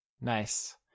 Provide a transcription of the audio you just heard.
Nice